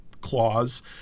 clause